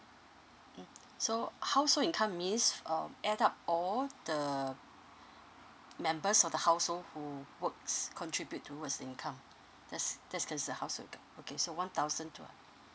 mm so household income means um add up all the members of the household who works contribute towards the income that's that's consider household income okay so one thousand two